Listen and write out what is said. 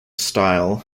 style